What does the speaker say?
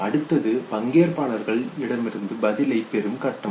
அடுத்தது பங்கேற்பாளர்கள் இடமிருந்து பதிலை பெறும் கட்டம்